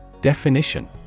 Definition